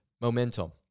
Momentum